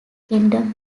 kingdom